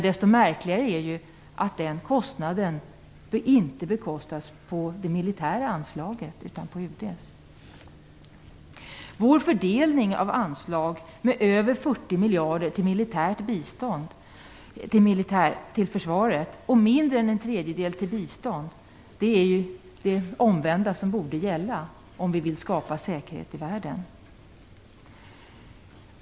Desto märkligare är det att den insatsen inte betalas av det militära anslaget utan bekostas av UD. Över 40 miljarder i anslag går till försvaret och mindre än en tredjedel till bistånd. Det är den omvända fördelningen som borde gälla, om vi vill skapa säkerhet i världen.